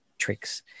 Tricks